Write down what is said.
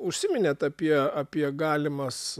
užsiminėt apie apie galimas